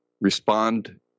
respond